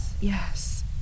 Yes